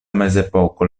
mezepoko